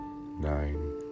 Nine